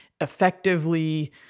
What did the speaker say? effectively